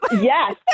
yes